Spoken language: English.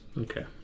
Okay